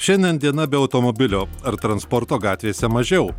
šiandien diena be automobilio ar transporto gatvėse mažiau